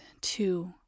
Two